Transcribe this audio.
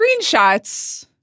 screenshots